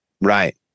Right